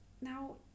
now